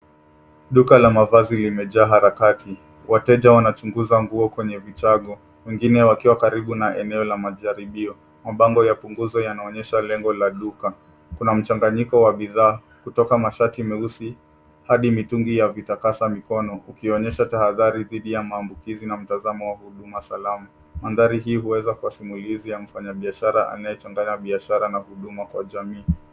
Duka la mafazi lipo katika harakati. Wateja wanachunguza nguo kwenye vichago, wengine wakiwa karibu na eneo la majaribio. Mabango ya punguzo yanaonyesha lengo la duka. Kuna mchanganyiko wa wateja kutoka jamii mbalimbali, wakiwemo wenye ngozi ya meusi, huku baadhi wakiwa na mitungi ya vitakasa mikono. Hii inachangia tahadhari dhidi ya maambukizi na inaonyesha mutazamo wa usalama. Mandhari hii inaonyesha muonekano wa mfanya biashara anayechanganya biyashara na huduma kwa jamii.